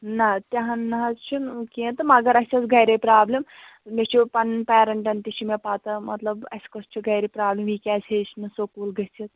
نہَ تہِ ہَن نہَ حظ چھُنہٕ کیٚنٛہہ تہٕ مگر اَسہِ ٲس گَرے پرابلِم مےٚ چھُ پَنُن پیرَنٛٹَن تہِ چھِ مےٚ پَتہٕ مطلب اَسہِ کۄس چھِ گَرِ پرابلِم یہِ کیٛازِ ہیٚچھ نہٕ سکوٗل گٔژھِتھ